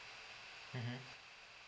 mmhmm